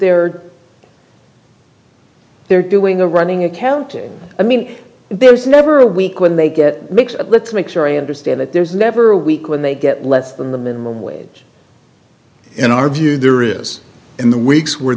are they're doing a running account i mean there's never a week when they get mixed up let's make sure i understand that there's never a week when they get less than the minimum wage in our view there is in the weeks where